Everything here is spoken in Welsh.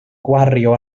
gwario